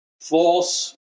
false